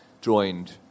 joined